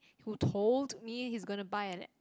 who told me he's gonna buy an